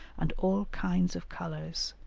and all kinds of colours,